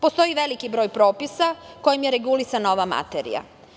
Postoji veliki broj propisa kojim je regulisana ova materija.